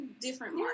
different